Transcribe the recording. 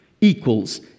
equals